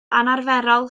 anarferol